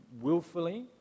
willfully